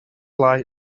lie